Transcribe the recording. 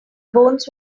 bones